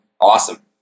awesome